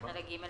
בחלק ג',